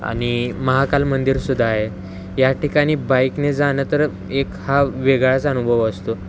आणि महाकाल मंदिरसुद्धा आहे या ठिकाणी बाईकने जाणं तर एक हा वेगळाच अनुभव असतो